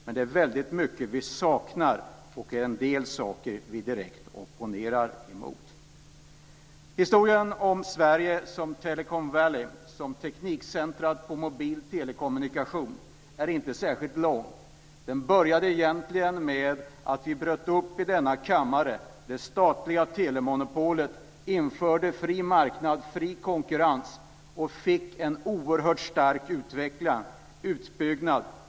Men det är väldigt mycket som vi saknar, och en del saker som vi direkt opponerar emot. Historien om Sverige som Telecom Valley - som teknikcentrumet för mobil telekommunikation är inte särskilt lång. Den började egentligen med att vi i denna kammare bröt upp det statliga telemonopolet och införde fri marknad och fri konkurrens - och fick en oerhört stark utveckling och utbyggnad.